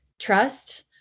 trust